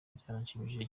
byaranshimishije